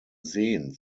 seen